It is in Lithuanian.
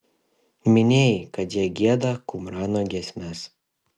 minėjai kad jie gieda kumrano giesmes